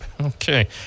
Okay